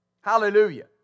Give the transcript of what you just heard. Hallelujah